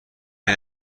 این